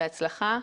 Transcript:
בהצלחה,